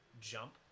jump